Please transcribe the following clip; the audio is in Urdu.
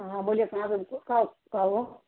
ہاں بولیے کہاں ب کو کؤ کہؤ ہو